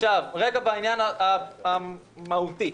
בעניין המהותי,